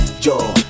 yo